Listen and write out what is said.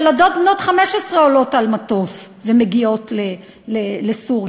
ילדות בנות 15 עולות על מטוס ומגיעות לסוריה